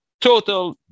total